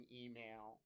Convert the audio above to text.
email